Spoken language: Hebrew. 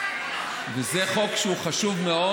וזה חוק שהוא חשוב מאוד,